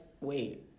wait